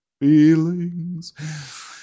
Feelings